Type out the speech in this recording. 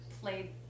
played